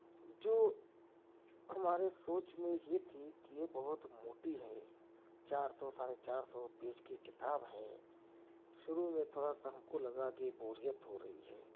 جو ہمارے سوچ میں یہ تھی کہ یہ بہت موٹی ہے چار سو ساڑھے چار سو پیچ کی کتاب ہے شروع میں تھوڑا سا ہم کو لگا کہ بوریت ہو رہی ہے